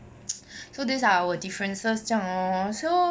so these are our differences 这样 lor so